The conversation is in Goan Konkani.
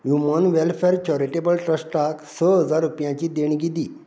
ह्यूमन वॅलफॅर चॅरिटेबल ट्रस्टाक स हजार रुपयांची देणगी दी